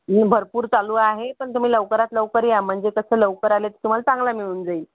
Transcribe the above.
भरपूर चालू आहे पण तुम्ही लवकरात लवकर या म्हणजे कसं लवकर आले तर तुम्हाला चांगलं मिळून जाईल